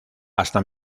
hasta